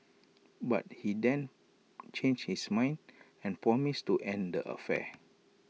but he then changed his mind and promised to end the affair